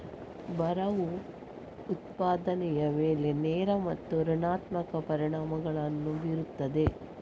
ಬರವು ಉತ್ಪಾದನೆಯ ಮೇಲೆ ನೇರ ಮತ್ತು ಋಣಾತ್ಮಕ ಪರಿಣಾಮಗಳನ್ನು ಬೀರುತ್ತದೆ